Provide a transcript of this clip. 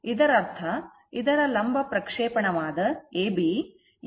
ಇದರರ್ಥ ಇದರ ಲಂಬ ಪ್ರಕ್ಷೇಪಣವಾದ AB m sin θ ಗೆ ಸಮಾನವಾಗಿರುತ್ತದೆ